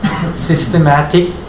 Systematic